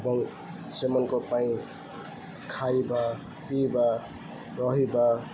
ଏବଂ ସେମାନଙ୍କ ପାଇଁ ଖାଇବା ପିଇବା ରହିବା